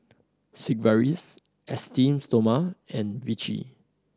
Sigvaris Esteem Stoma and Vichy